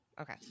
Okay